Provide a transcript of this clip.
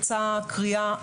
יצאה קריאה,